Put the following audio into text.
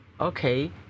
Okay